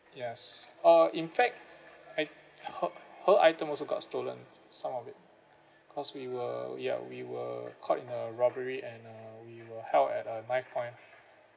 yes uh in fact I her~ her item also got stolen some of it because we were ya we were caught in a robbery and uh we were held at a mine point